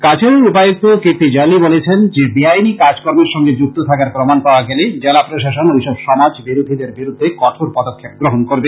কাছাড়ের উপায়ুক্ত কীর্তি জাল্লী বলেছেন যে বেআইনী কাজ কর্মের সঙ্গে যুক্ত থাকার প্রমান পাওয়া গেলে জেলা প্রশাসন ওইসব সমাজ বিরোধীদের বিরুদ্ধে কঠোর পদক্ষেপ গ্রহণ করবে